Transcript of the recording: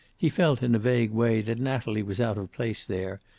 he felt, in a vague way, that natalie was out of place there,